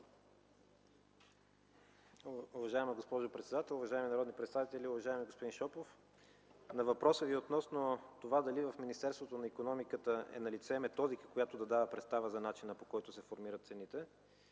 Уважаема госпожо председател, уважаеми народни представители, уважаеми господин Шопов! На въпросът Ви относно това дали в Министерството на икономиката, енергетиката и туризма е налице методика, която да дава представа за начина, по който се формират цените